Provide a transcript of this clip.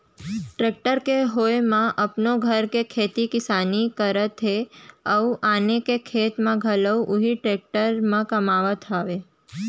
tractor के होय म अपनो घर के खेती किसानी करत हें अउ आने के खेत ल घलौ उही टेक्टर म कमावत हावयँ